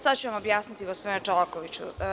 Sada ću vam objasniti, gospodine Čolakoviću.